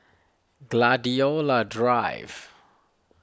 Gladiola Drive